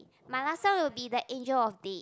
my last one will be the angel of date